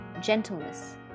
gentleness